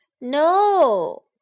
No